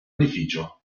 edificio